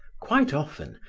quite often,